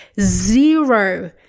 zero